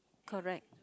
correct